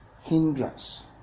hindrance